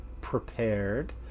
prepared